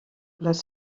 les